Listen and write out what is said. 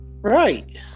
Right